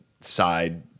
side